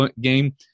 game